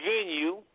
venue